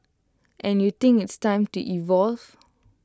and you think it's time to evolve